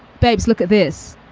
baby look at this.